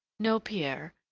no, pierre,